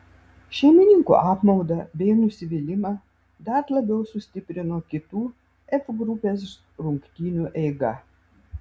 šeimininkų apmaudą bei nusivylimą dar labiau sustiprino kitų f grupės rungtynių eiga